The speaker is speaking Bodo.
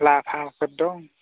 लाभाफोर दं